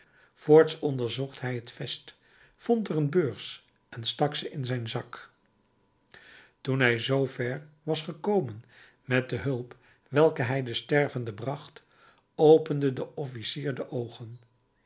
voorts onderzocht hij het vest vond er een beurs en stak ze in zijn zak toen hij zoo ver was gekomen met de hulp welke hij den stervende bracht opende de officier de oogen